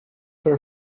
are